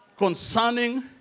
concerning